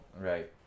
right